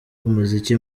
umuziki